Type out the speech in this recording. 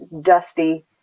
dusty